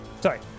sorry